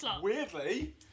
weirdly